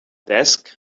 desk